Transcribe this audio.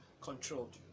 controlled